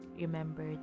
remember